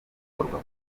gukorwa